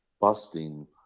busting